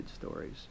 stories